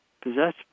possess